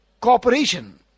cooperation